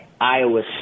Iowa